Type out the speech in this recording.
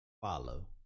follow